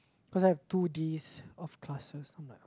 cause I have two days of classes I'm like